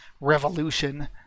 revolution